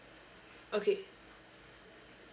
okay